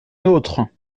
nôtres